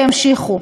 וימשיכו.